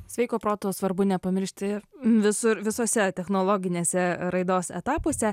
sveiko proto svarbu nepamiršti ir visur visose technologinėse raidos etapuose